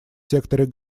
секторе